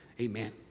Amen